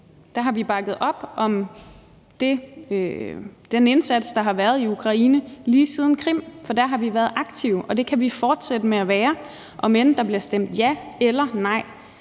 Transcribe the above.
har vi bakket op om den indsats, der har været i Ukraine lige siden Krim, for der har vi været aktive, og det kan vi fortsætte med at være, hvad enten der bliver stemt ja eller nej